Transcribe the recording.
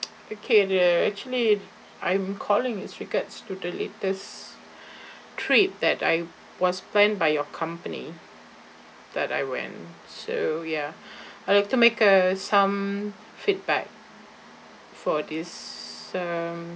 okay dear actually I'm calling is regards to the latest trip that I was planned by your company that I went so ya I would like to make uh some feedback for this um